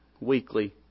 weekly